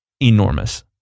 enormous